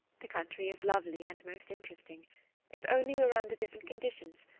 the country is lovely, and most interesting if only we were under different conditions,